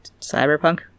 Cyberpunk